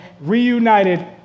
reunited